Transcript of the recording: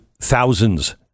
thousands